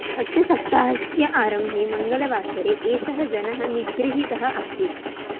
अस्य सप्ताहस्य आरम्भे मङ्गलवासरे एषः जनः निगृहीतः आसीत्